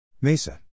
MESA